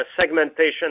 segmentation